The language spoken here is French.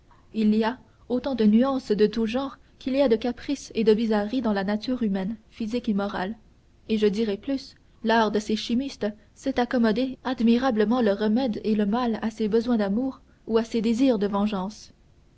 il y a autant de nuances de tous genres qu'il y a de caprices et de bizarreries dans la nature humaine physique et morale et je dirai plus l'art de ces chimistes sait accommoder admirablement le remède et le mal à ses besoins d'amour ou à ses désirs de vengeance